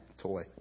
toy